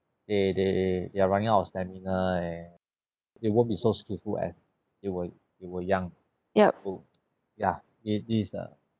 they they they are running out of stamina and they won't be so skillful as they were they were young skillful ya it is uh